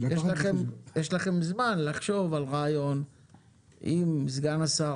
יש לכם זמן לחשוב על רעיון עם סגן השר